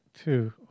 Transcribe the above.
two